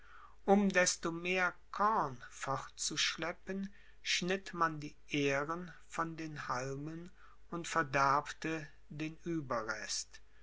um desto mehr korn fortzuschleppen schnitt man die aehren von den halmen und verderbte den ueberrest